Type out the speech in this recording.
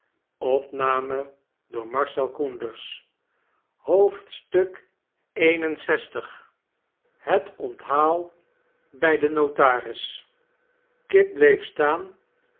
lxl het onthaal bij den notaris kit bleef staan